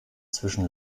zwischen